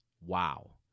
Wow